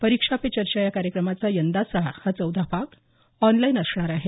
परीक्षा पे चर्चा या कार्यक्रमाचा यंदाचा हा चौथा भाग आॅनलाईन असणार आहे